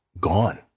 gone